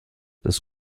das